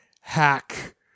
hack